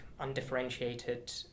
Undifferentiated